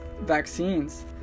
vaccines